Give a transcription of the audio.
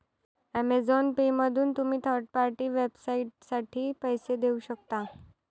Amazon पेमधून तुम्ही third party वेबसाइटसाठी पैसे देऊ शकता